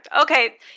okay